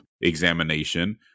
examination